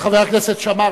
כבוד חבר הכנסת שאמה,